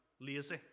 lazy